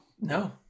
No